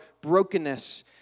brokenness